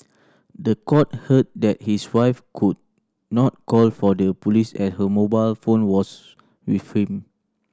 the court heard that his wife could not call for the police at her mobile phone was with him